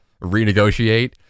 renegotiate